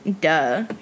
Duh